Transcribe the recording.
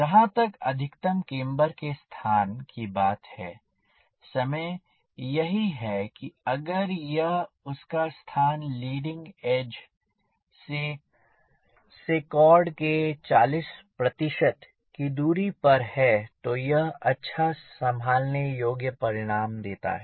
जहाँ तक अधिकतम केम्बर के स्थान की बात है समय यही है कि अगर यह उसका स्थान लीडिंग एज से कॉर्ड के 40 की दूरी पर है तो यह अच्छा संभालने योग्य परिणाम देता है